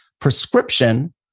prescription